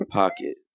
pocket